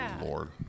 lord